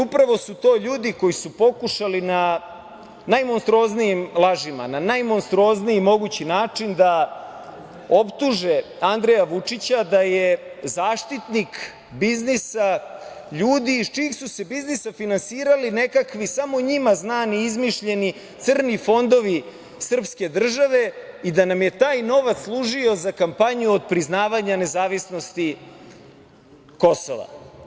Upravo su to ljudi koji su pokušali na najmonstruoznijim lažima, na najmonstruozniji mogući način da optuže Andreja Vučića da je zaštitnik biznisa ljudi iz čijih su se biznisa finansirali nekakvi, samo njima znani, izmišljeni crni fondovi srpske države i da nam je taj novac služio za kampanju otpriznavanja nezavisnosti Kosova.